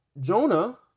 Jonah